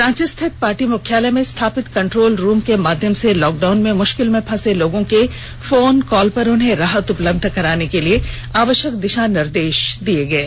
रांची स्थित पार्टी मुख्यालय में स्थापित कंट्रोल रूम के माध्यम से लॉकडाउन में मुश्किल में फंसे लोगों के फोन कॉल पर उन्हें राहत उपलब्ध कराने के लिए आवश्यक दिशा निर्देश दिये गये